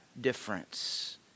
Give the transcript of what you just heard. difference